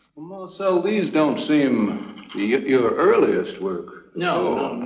marcel, these don't seem your earliest work. no,